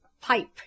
pipe